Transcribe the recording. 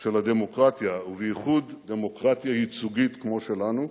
של הדמוקרטיה, ובייחוד דמוקרטיה ייצוגית כמו שלנו,